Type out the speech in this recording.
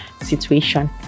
situation